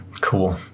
Cool